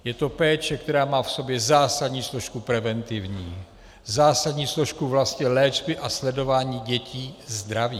Je to péče, která má v sobě zásadní složku preventivní, zásadní složku vlastně léčby a sledování dětí zdravých.